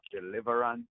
deliverance